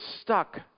stuck